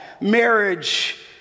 marriage